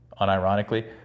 unironically